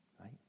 Right